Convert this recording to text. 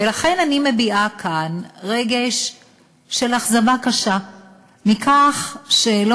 ולכן אני מביעה כאן רגש של אכזבה קשה מכך שלא